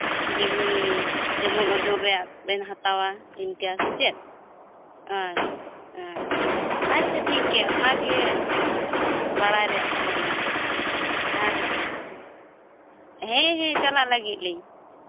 ᱡᱮᱢᱚᱱ ᱳᱡᱚᱱ ᱨᱮᱱᱟᱜ ᱵᱮᱱ ᱦᱟᱛᱟᱣᱟ ᱤᱱᱠᱟᱹ ᱥᱮ ᱪᱮᱫ ᱟᱪᱪᱷᱟ ᱟᱪᱪᱷᱟ ᱟᱪᱪᱷᱟ ᱴᱷᱤᱠᱜᱮᱭᱟ ᱚᱱᱟ ᱜᱮ ᱵᱟᱲᱟᱭ ᱨᱮᱭᱟᱜ ᱛᱟᱦᱮᱸᱞᱮᱱᱟ ᱦᱮᱸ ᱦᱮᱸ ᱴᱷᱤᱠ ᱦᱮᱸ ᱦᱮᱸ ᱪᱟᱞᱟᱜ ᱞᱟᱹᱜᱤᱫ ᱞᱤᱧ